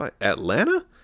Atlanta